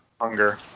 Hunger